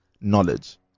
knowledge